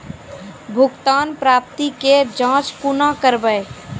भुगतान प्राप्ति के जाँच कूना करवै?